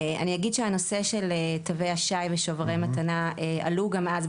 הנושא של תווי השי ושוברי המתנה עלו גם אז,